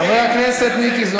חבר הכנסת מיקי זוהר.